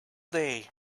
day